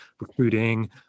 recruiting